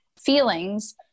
feelings